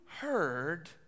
heard